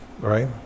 right